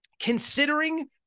considering